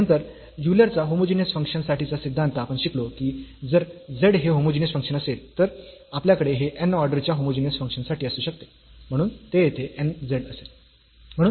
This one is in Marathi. आणि नंतर युलर चा होमोजीनियस फंक्शन्स साठीचा सिद्धांत आपण शिकलो की जर z हे होमोजीनियस फंक्शन असेल तर आपल्याकडे हे n ऑर्डर च्या होमोजीनियस फंक्शन साठी असू शकते म्हणून ते येथे n z असेल